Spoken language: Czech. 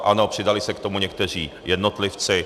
Ano, přidali se k tomu někteří jednotlivci.